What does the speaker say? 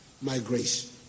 migration